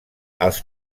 els